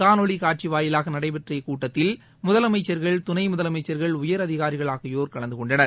காணொலி காட்சி வாயிலாக நடைபெற்ற இக்கூட்டத்தில் முதலமைச்சர்கள் துணை முதலமைச்சர்கள் உயர் அதிகாரிகள் ஆகியோர் கலந்து கொண்டனர்